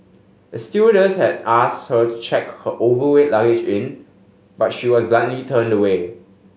a stewardess had asked her to check her overweight luggage in but she was bluntly turned away